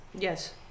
Yes